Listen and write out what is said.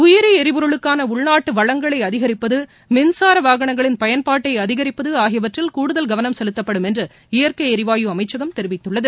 உயிரி எரிபொருளுக்கான உள்நாட்டு வளங்களை அதிகரிப்பது மின்சார வாகனங்களின் பயன்பாட்டை அதிகிப்பது ஆகியவற்றில் கூடுதல் கவனம் செலுத்தப்படும் என்று இயற்கை எரிவாயு அமைச்சகம் தெரிவித்துள்ளது